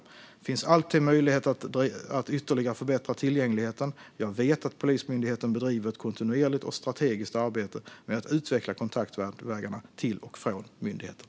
Det finns alltid möjlighet att ytterligare förbättra tillgängligheten, och jag vet att Polismyndigheten bedriver ett kontinuerligt och strategiskt arbete med att utveckla kontaktvägarna till och från myndigheten.